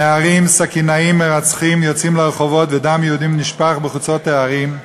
נערים סכינאים מרצחים יוצאים לרחובות ודם יהודים נשפך בחוצות הערים.